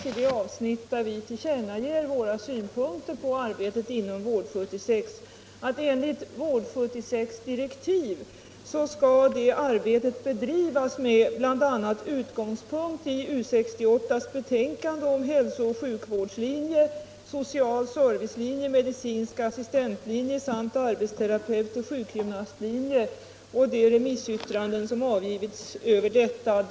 I det avsnitt där vi tillkännager våra synpunkter på arbetet inom Vård-76 skriver utskottet att enligt direktiven till Vård-76 skall det arbetet bedrivas med bl.a. utgångspunkt i U 68:s betänkande om hälso och sjukvårdslinje, social servicelinje, medicinsk assistentlinje och arbetsterapeutoch sjukgymnastlinje samt de remissyttranden som avgivits över betänkandet.